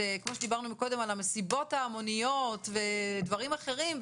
כמו שדיברנו מקודם על המסיבות ההמוניות ודברים אחרים,